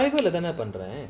தானேபண்றேன்:thane panren